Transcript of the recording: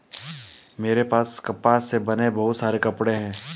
मेरे पास कपास से बने बहुत सारे कपड़े हैं